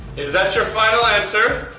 is that your final answer?